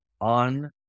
on